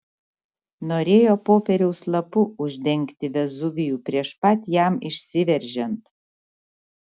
norėjo popieriaus lapu uždengti vezuvijų prieš pat jam išsiveržiant